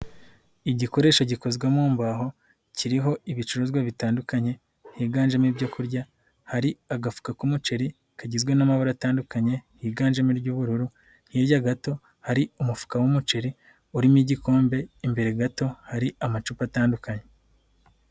Igikoresho gikozwemo mbaho, kiriho ibicuruzwa bitandukanye, higanjemo ibyo kurya, hari agafuka k'umuceri, kagizwe n'amabara atandukanye, higanjemo iy'ubururu, hirya gato hari umufuka w'umuceri, urimo igikombe, imbere gato hari amacupa atandukanye.